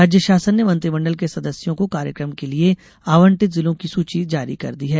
राज्य शासन ने मंत्रि मण्डल के सदस्यों को कार्यक्रम के लिये आवंटित जिलों की सूची जारी कर दी है